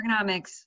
ergonomics